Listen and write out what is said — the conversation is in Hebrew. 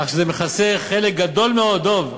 כך שזה מכסה חלק גדול מאוד, דב,